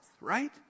right